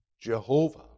Jehovah